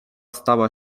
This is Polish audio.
stała